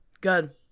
Good